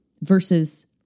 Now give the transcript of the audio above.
versus